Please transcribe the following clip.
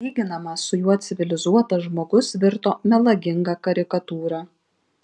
lyginamas su juo civilizuotas žmogus virto melaginga karikatūra